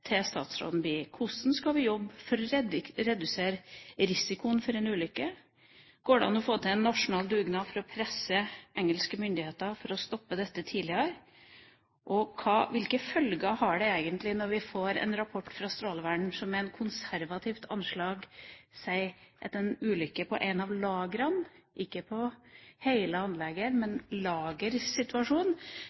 til statsråden blir: Hvordan skal vi jobbe for å redusere risikoen for en ulykke? Går det an å få til en nasjonal dugnad for å presse engelske myndigheter til å stoppe dette tidligere? Og hvilke følger har det egentlig når vi får en rapport fra Strålevernet som med et konservativt anslag sier at hvis vi får en utslippsulykke på et av lagrene – ikke på hele anlegget, men